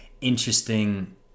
interesting